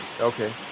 okay